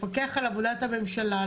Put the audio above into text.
לפקח על עבודת הממשלה,